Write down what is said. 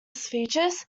features